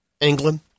England